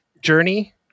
journey